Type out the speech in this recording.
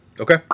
Okay